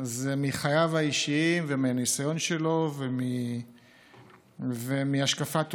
זה מחייו האישיים ומהניסיון שלו ומהשקפת עולמו.